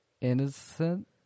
Innocent